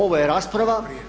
Ovo je rasprava.